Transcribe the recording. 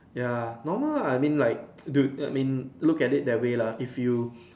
ya normal ah I mean like dude I meant look at it that way lah if you